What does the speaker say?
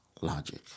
logic